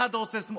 אחד רוצה שמאלה,